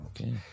okay